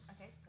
Okay